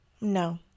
no